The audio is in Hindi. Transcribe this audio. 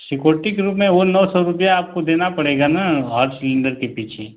सिकोर्टी के रूप में वो नौ सौ रुपये आपको देना पड़ेगा ना हर सिलेंडर के पीछे